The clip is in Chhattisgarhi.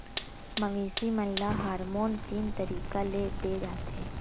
मवेसी मन ल हारमोन तीन तरीका ले दे जाथे